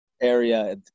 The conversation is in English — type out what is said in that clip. area